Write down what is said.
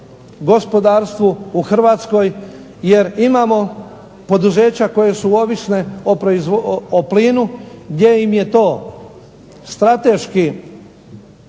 gospodarstvu u Hrvatskoj, jer imamo poduzeća koje su …/Ne razumije se./… o plinu, gdje im je to strateški,